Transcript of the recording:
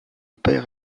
père